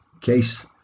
case